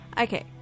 Okay